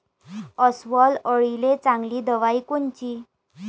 अस्वल अळीले चांगली दवाई कोनची?